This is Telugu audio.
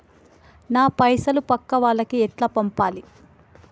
నా పైసలు పక్కా వాళ్లకి ఎట్లా పంపాలి?